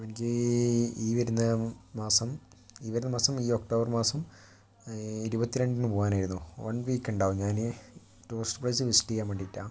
അപ്പൊ എനിക്ക് ഈ വരുന്ന മാസം ഈ വരുന്ന മാസം ഈ ഒക്ടോബർ മാസം ഇരുപത്തി രണ്ടിന് പോകാനായിരുന്നു വൺ വീക്ക് ഉണ്ടാകും ഞാൻ ടൂറിസ്റ്റ് പ്ലേസ് വിസിറ്റ് ചെയ്യാൻ വേണ്ടിയിട്ടാ